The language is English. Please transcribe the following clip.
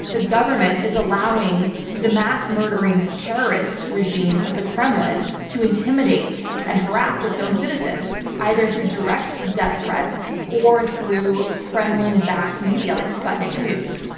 the government is allowing the mass-murdering terrorist regime of the kremlin to intimidate and harass its own citizens, either through direct death threats or through kremlin-backed media like sputnik news.